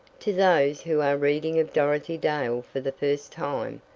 to those who are reading of dorothy dale for the first time,